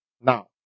Now